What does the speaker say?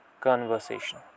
conversation